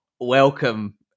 Welcome